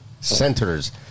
centers